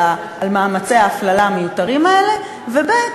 על מאמצי ההפללה המיותרים האלה, וב.